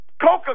Coca